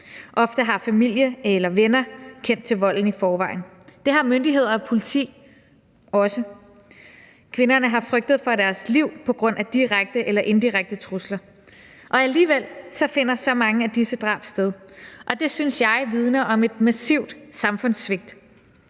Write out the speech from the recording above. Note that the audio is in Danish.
Ofte har familie eller venner kendt til volden i forvejen. Det har myndigheder og politi også. Kvinderne har frygtet for deres liv på grund af direkte eller indirekte trusler, og alligevel finder så mange af disse drab sted. Det synes jeg vidner om et massivt samfundssvigt.